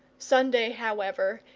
sunday, however,